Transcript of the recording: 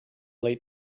late